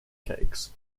cakes